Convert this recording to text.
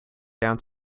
down